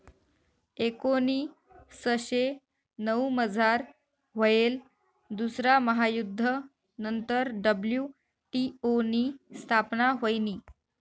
एकोनीसशे नऊमझार व्हयेल दुसरा महायुध्द नंतर डब्ल्यू.टी.ओ नी स्थापना व्हयनी